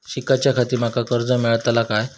शिकाच्याखाती माका कर्ज मेलतळा काय?